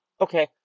Okay